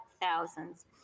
thousands